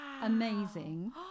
amazing